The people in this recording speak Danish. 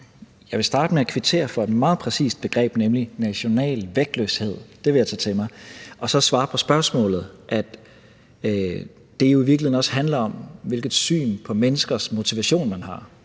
Jeg vil starte med at kvittere for et meget præcist begreb, nemlig begrebet national vægtløshed – det vil jeg tage til mig – og så svare på spørgsmålet, altså at det jo i virkeligheden også handler om, hvilket syn på menneskers motivation, man har.